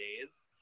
days